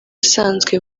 usanzwe